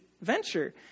venture